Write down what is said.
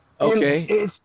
Okay